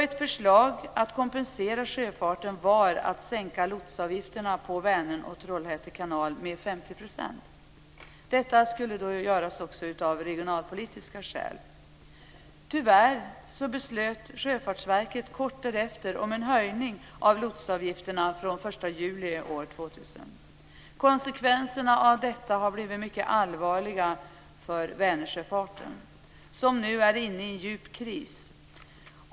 Ett förslag för att kompensera sjöfarten var att lotsavgifterna på Vänern och i Trollhätte kanal skulle sänkas med 50 %. Detta skulle göras också av regionalpolitiska skäl. Tyvärr beslöt Sjöfartsverket kort därefter om en höjning av lotsavgifterna fr.o.m. den 1 juli 2000. Konsekvenserna av detta har blivit mycket allvarliga för Vänersjöfarten, som nu är inne i en djup kris.